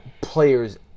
players